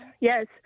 Yes